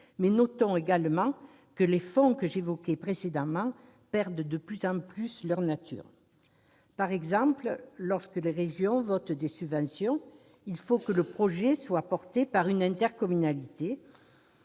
mais- notons-le également -les fonds que j'évoquais précédemment sont progressivement vidés de leur sens. Par exemple, lorsque les régions votent des subventions, il faut que le projet soit porté par une intercommunalité